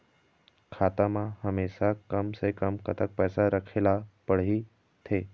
खाता मा हमेशा कम से कम कतक पैसा राखेला पड़ही थे?